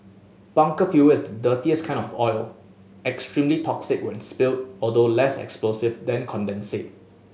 bunker fuel is the dirtiest kind of oil extremely toxic when spilled although less explosive than condensate